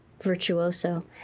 virtuoso